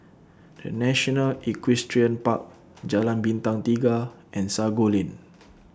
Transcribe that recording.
The National Equestrian Park Jalan Bintang Tiga and Sago Lane